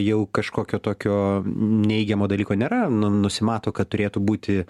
jau kažkokio tokio neigiamo dalyko nėra nu nusimato kad turėtų būti